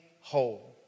whole